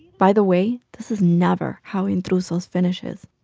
by the way, this is never how intrusos finishes.